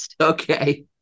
Okay